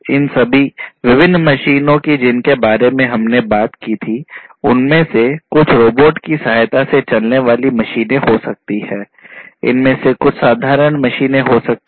इन सभी विभिन्न मशीनों कि जिनके बारे में हमने बात की थी उनमें से कुछ रोबोट की सहायता से चलने वाली मशीनें हो सकती हैं इनमें से कुछ साधारण मशीनें हो सकती हैं